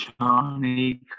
Johnny